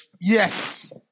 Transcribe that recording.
Yes